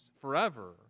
forever